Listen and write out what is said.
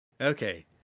Okay